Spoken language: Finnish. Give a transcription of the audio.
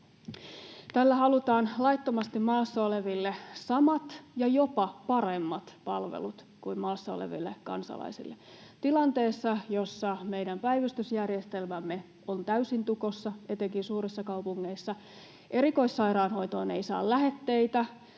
Tällä halutaan laittomasti maassa oleville samat ja jopa paremmat palvelut kuin maassa oleville kansalaisille tilanteessa, jossa meidän päivystysjärjestelmämme on täysin tukossa etenkin suurissa kaupungeissa: erikoissairaanhoitoon ei saa lähetteitä,